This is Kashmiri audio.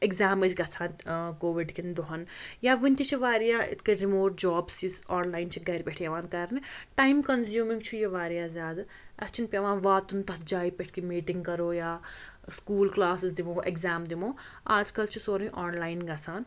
ایٚگزام ٲسۍ گَژھان کووِڈ کٮ۪ن دۄہَن یا وٕنہِ تہِ چھِ واریاہ یِتھ کٔٹھۍ رِموٹ جابٕس یُس آنلایِن چھِ گَرِ پٮ۪ٹھ یِوان کَرنہٕ ٹایِم کَنزیٛوٗمِنٛگ چھُ یہِ واریاہ زیادٕ اَسہِ چھُنہٕ پٮ۪وان واتُن تَتھ جایہِ پٮ۪ٹھ کہِ میٖٹِنٛگ کَرو یا سکوٗل کٕلاسٕز دِمو اٮ۪کزام دِمو آز کَل چھُ سورُے آنلایِن گژھان